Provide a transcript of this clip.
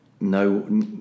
no